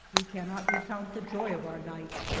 we cannot recount the joy of our knight,